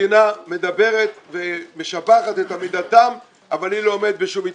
והמדינה מדברת ומשבחת את עמידתם אבל היא לא עומדת בשום התחייבות.